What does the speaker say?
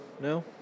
No